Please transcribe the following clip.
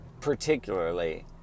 particularly